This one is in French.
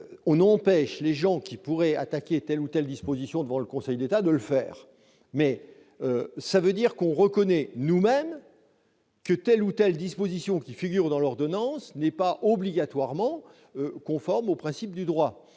on empêche les gens qui pourraient attaquer telle ou telle disposition devant le Conseil d'État de le faire. Mais cela revient à reconnaître nous-mêmes que telle ou telle disposition figurant dans l'ordonnance n'est pas nécessairement conforme aux principes du droit